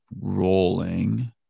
rolling